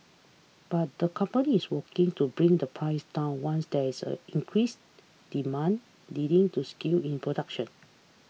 but the company is working to bring the price down once there is a increased demand leading to scale in production